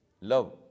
love